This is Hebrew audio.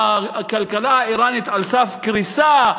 הכלכלה האיראנית על סף קריסה,